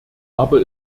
aber